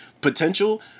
potential